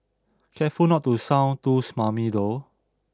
careful not to sound too smarmy though